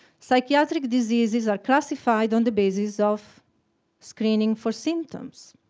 psychiatric diseases are classified on the basis of screening for symptoms.